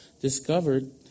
discovered